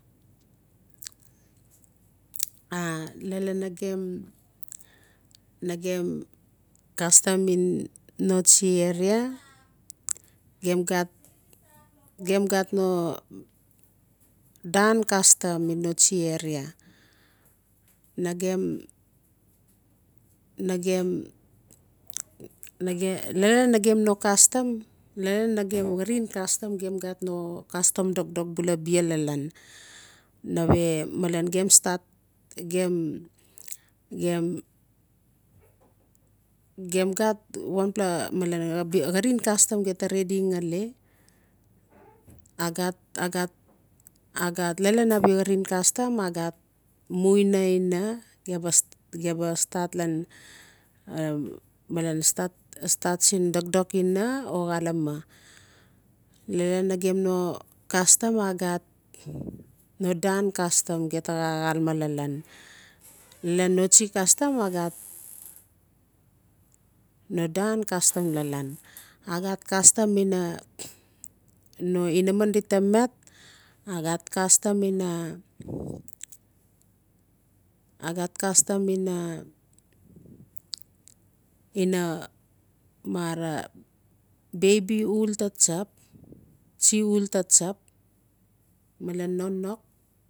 a lalan nagem-nagme castam in noasti aria gem xat-gem xat no dan xastamm in coasti aria nagem-nagme lalan nagem no castam lalan nagen carin castam gem xat no castam dokdo kbual bia lalan nawe malen gem stat gem- gem- gem xat wanpla malen xarin xastam xee ta riadi xale a xat a xat lalan a bia xarin xastam a xat una ina xee ba stat-xee ba stat lan stat sin dokdok ina o xaleme lalan nagem no xastam no dan castam xee taa xaa laa lalan nan noasti xastam a xat no dan castam a xat castam ina no inaman di taa net a xat castam ina a xat castam ina-ina mara baibi uul taa tsap tsi uul taa tsap malen nonok